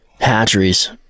hatcheries